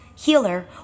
healer